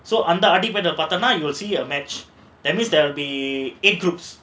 so under பார்த்தீனா:paartheanaa you will see a match that means there will be eight groups